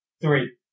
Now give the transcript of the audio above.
Three